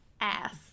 ass